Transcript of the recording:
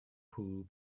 pooh